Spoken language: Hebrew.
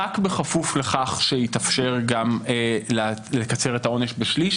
רק בכפוף לכך שיתאפשר גם לקצר את העונש בשליש.